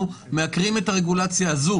אנחנו מעקרים את הרגולציה הזו,